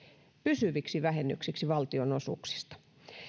pysyviksi vähennyksiksi valtionosuuksista